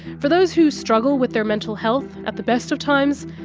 for those who struggle with their mental health at the best of times,